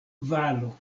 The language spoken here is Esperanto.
valo